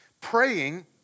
Praying